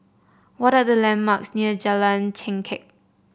what are the landmarks near Jalan Chengkek